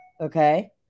okay